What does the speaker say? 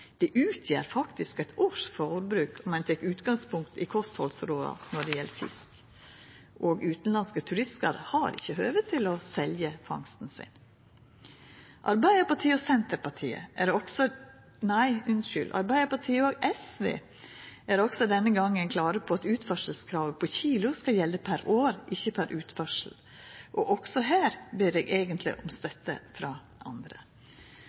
Det utgjer faktisk eitt års forbruk om ein tek utgangspunkt i kosthaldsråda når det gjeld fisk, og utanlandske turistar har ikkje høve til å selja fangsten sin. Arbeidarpartiet og SV er også denne gongen klare på at utførselskravet på kilo skal gjelde per år, ikkje per utførsel, og også her ber eg eigentleg om støtte frå andre.